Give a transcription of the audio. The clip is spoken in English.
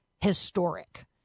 historic